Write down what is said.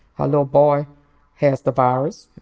her little boy has the virus.